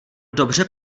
dobře